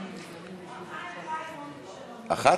אחת?